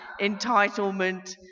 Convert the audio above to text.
entitlement